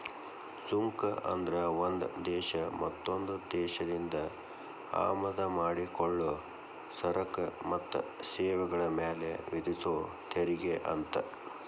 ಸುಂಕ ಅಂದ್ರ ಒಂದ್ ದೇಶ ಮತ್ತೊಂದ್ ದೇಶದಿಂದ ಆಮದ ಮಾಡಿಕೊಳ್ಳೊ ಸರಕ ಮತ್ತ ಸೇವೆಗಳ ಮ್ಯಾಲೆ ವಿಧಿಸೊ ತೆರಿಗೆ ಅಂತ